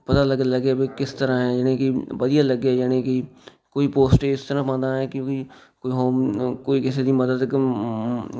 ਪਤਾ ਲਗ ਲੱਗੇ ਵੀ ਕਿਸ ਤਰ੍ਹਾਂ ਹੈ ਯਾਨੀ ਕਿ ਵਧੀਆ ਲੱਗੇ ਯਾਨੀ ਕਿ ਕੋਈ ਪੋਸਟ ਏ ਇਸ ਤਰ੍ਹਾਂ ਪਾਉਂਦਾ ਹੈ ਕਿਉਂਕਿ ਕੋਈ ਹੋਮ ਕੋਈ ਕਿਸੇ ਦੀ ਮਦਦ ਕ